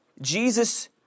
Jesus